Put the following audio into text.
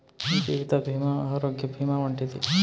జీవిత భీమా ఆరోగ్య భీమా వంటివి